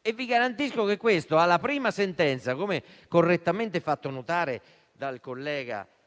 E vi garantisco che questo, alla prima sentenza, come è stato correttamente fatto notare da alcuni